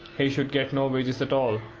he should get no wages at all.